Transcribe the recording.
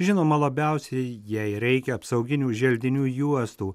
žinoma labiausiai jai reikia apsauginių želdinių juostų